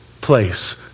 place